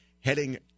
heading